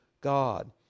God